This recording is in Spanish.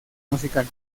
musical